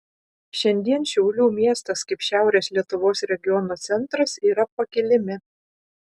šiandien šiaulių miestas kaip šiaurės lietuvos regiono centras yra pakilime